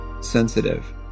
sensitive